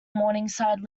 morningside